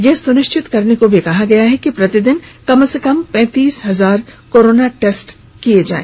यह सुनिश्चित करने को भी कहा गया है कि प्रतिदिन कम से कम पैंतीस हजार कोरोना टेस्ट कराये गए